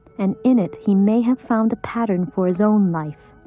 and in it, he may have found a pattern for his own life.